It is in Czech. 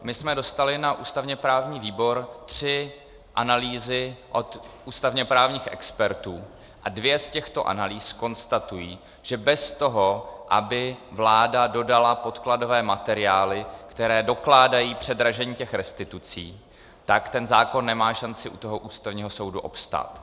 My jsme dostali na ústavněprávní výbor tři analýzy od ústavněprávních expertů a dvě z těchto analýz konstatují, že bez toho, aby vláda dodala podkladové materiály, které dokládají předražení těch restitucí, ten zákon nemá šanci u Ústavního soudu obstát.